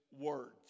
words